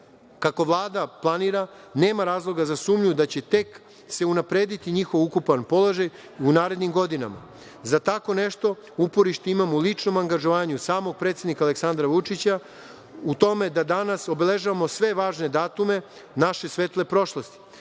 kako Vlada planira, nema razloga za sumnju da će se tek unaprediti njihov ukupan položaj u narednim godinama. Za tako nešto uporište imamo u ličnom angažovanju samog predsednika Aleksandra Vučića u tome da danas obeležavamo sve važne datume naše svetle prošlosti. Na